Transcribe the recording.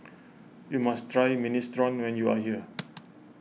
you must try Minestrone when you are here